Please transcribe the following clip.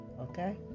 Okay